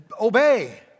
obey